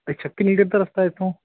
ਇਹ ਛੱਤੀ ਮਿੰਟ ਦਾ ਰਸਤਾ ਇੱਥੋਂ